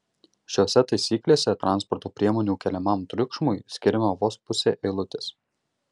šiose taisyklėse transporto priemonių keliamam triukšmui skiriama vos pusė eilutės